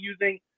using